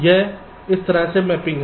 यह एक तरह से मैपिंग है